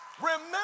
Remember